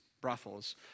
brothels